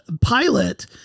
pilot